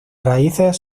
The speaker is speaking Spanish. raíces